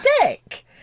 dick